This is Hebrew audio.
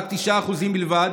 9% בלבד.